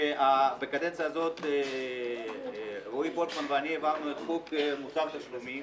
בקדנציה הזאת רועי פולקמן ואני העברנו את חוק מוסר תשלומים.